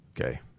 Okay